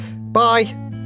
Bye